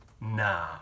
now